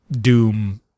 Doom